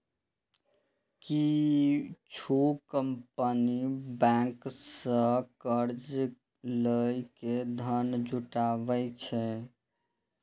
किछु company bank सं कर्ज लए के धन जुटाबै छै